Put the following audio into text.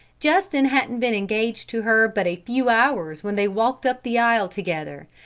justin hadn't been engaged to her but a few hours when they walked up the aisle together,